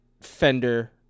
fender